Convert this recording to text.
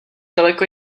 daleko